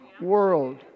world